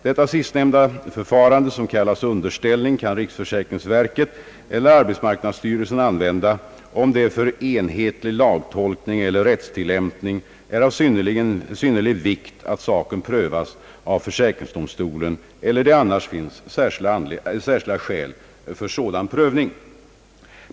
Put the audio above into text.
Detta sistnämnda förfarande, som kallas underställning, kan riksförsäkringsverket eller arbetsmarknadsstyrelsen använda om det för enhetlig lagtolkning eller rättstillämpning är av synnerlig vikt att saken prövas av försäkringsdomstolen eller det annars finns särskilda skäl för sådan prövning.